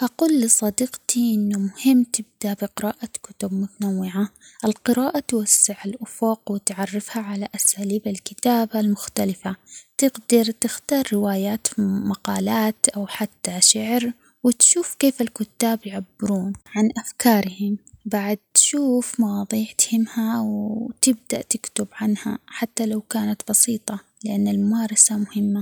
أقول لصديقتي إنو مهم تبدأ بقراءة كتب متنوعة القراءة توسع الأفق وتعرفها على أساليب الكتابة المختلفة، تقدر تختار روايات مقالات أو حتى شعر وتشوف كيف الكتاب يعبرون عن أفكارهم، بعد تشوف مواضيع تهمها وتبدأ تكتب عنها حتى لو كانت بسيطة لأن الممارسة مهمة.